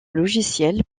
logicielle